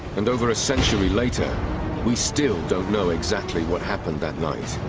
and over a century later we still don't know exactly what happened that night,